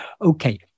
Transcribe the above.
Okay